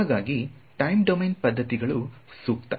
ಹಾಗಾಗಿ time domain ಪದ್ದತಿಗಳು ಸೂಕ್ತ